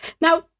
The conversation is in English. Now